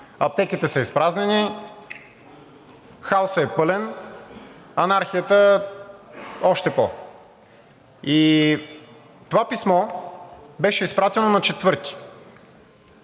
аптеките са изпразнени, хаосът е пълен, анархията – още пò. Това писмо беше изпратено на 4-ти,